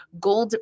gold